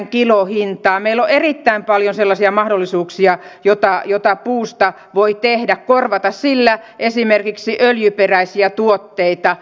meillä on erittäin paljon sellaisia mahdollisuuksia joita puusta voi tehdä korvata sillä esimerkiksi öljyperäisiä tuotteita